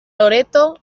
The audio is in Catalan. loreto